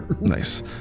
Nice